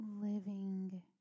living